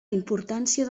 importància